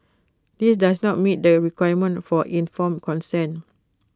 this does not meet the requirement for informed consent